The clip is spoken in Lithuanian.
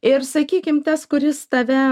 ir sakykim tas kuris tave